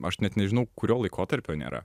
aš net nežinau kurio laikotarpio nėra